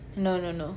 no no no